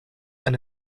and